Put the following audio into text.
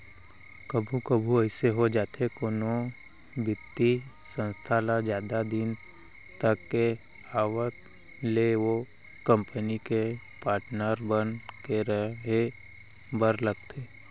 कभू कभू अइसे हो जाथे कोनो बित्तीय संस्था ल जादा दिन तक के आवत ले ओ कंपनी के पाटनर बन के रहें बर लगथे